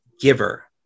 giver